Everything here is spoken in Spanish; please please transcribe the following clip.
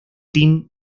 tim